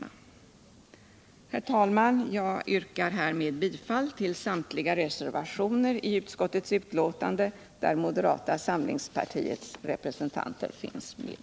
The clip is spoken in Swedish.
Herr talman! Jag yrkar härmed bifall till samtliga reservationer i utskottets betänkande där moderata samlingspartiets representanter finns med.